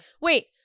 Wait